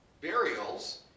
burials